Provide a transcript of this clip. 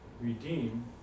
redeem